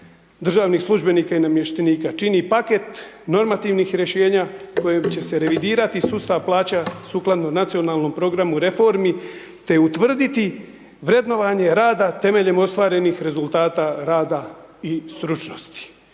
državnih službenika i namještenika čini paket normativnih rješenja kojim će se revidirati sustav plaća sukladno nacionalnom programu reformi, te utvrditi vrednovanje rada temeljem ostvarenih rezultata rada i stručnosti.